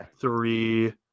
three